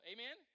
Amen